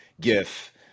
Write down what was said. GIF